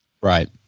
right